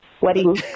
wedding